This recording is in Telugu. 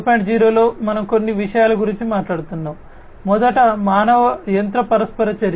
0 లో మనం కొన్ని విషయాల గురించి మాట్లాడుతున్నాము మొదట మానవ యంత్ర పరస్పర చర్య